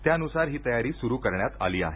त्यानुसार ही तयारी सुरू करण्यात आली आहे